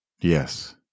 Yes